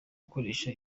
koresha